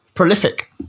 Prolific